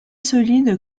solide